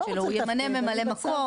הוא ימנה ממלא מקום?